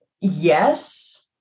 Yes